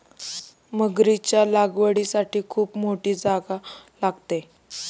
मगरीच्या लागवडीसाठी खूप मोठी जागा लागते